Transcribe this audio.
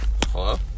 Hello